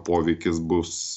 poveikis bus